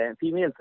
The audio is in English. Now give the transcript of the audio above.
female